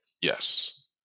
Yes